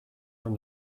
from